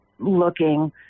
looking